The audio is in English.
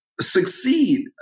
succeed